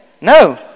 No